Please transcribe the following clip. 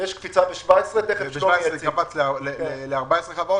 ב-2017 קפץ ל-14 חברות.